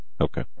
Okay